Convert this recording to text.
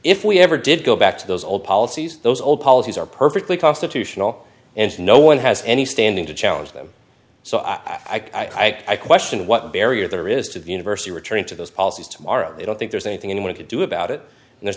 if we ever did go back to those old policies those old policies are perfectly constitutional and no one has any standing to challenge them so i question what barrier there is to the university returning to those policies tomorrow i don't think there's anything anyone could do about it there's